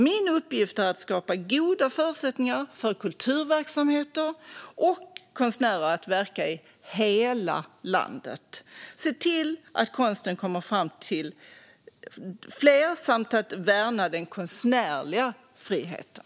Min uppgift är att skapa goda förutsättningar för kulturverksamheter och för konstnärer att verka i hela landet, se till att konsten kommer fler till del samt att värna den konstnärliga friheten.